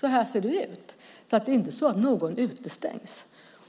Så ser det ut. Det är inte så att någon utestängs.